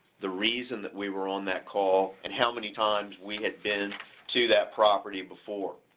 the reason that we were on that call, and how many times we had been to that property before.